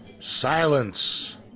Silence